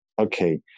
okay